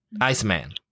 Iceman